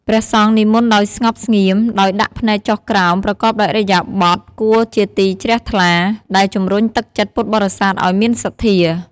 ព្រះសង្ឃនិមន្តដោយស្ងប់ស្ងៀម ដោយដាក់ភ្នែកចុះក្រោម ប្រកបដោយឥរិយាបថគួរជាទីជ្រះថ្លា ដែលជំរុញទឹកចិត្តពុទ្ធបរិស័ទឲ្យមានសទ្ធា។